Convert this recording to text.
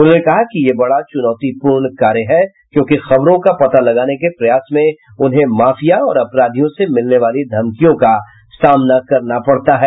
उन्होंने कहा कि यह बड़ा चुनौतीपूर्ण कार्य है क्योंकि खबरों का पता लगाने के प्रयास में उन्हें माफिया और अपराधियों से मिलने वाली धमकियों का सामना करना पड़ता है